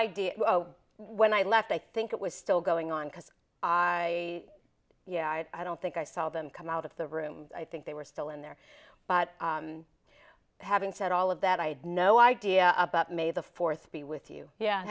idea when i left i think it was still going on because a yeah i don't think i saw them come out of the room i think they were still in there but having said all of that i had no idea about may the fourth be with you yeah